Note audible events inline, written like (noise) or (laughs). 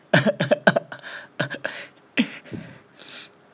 (laughs)